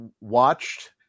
watched